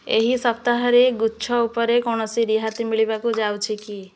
ଏହି ସପ୍ତାହରେ ଗୁଚ୍ଛ ଉପରେ କୌଣସି ରିହାତି ମିଳିବାକୁ ଯାଉଛି କି